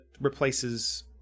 replaces